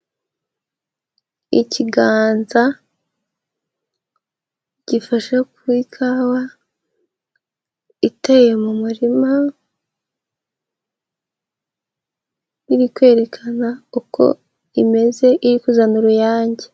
Ikiganza gifashe ku ikawa iteye mu murima, iri kwerekana uko imeze iri kuzani uruyange.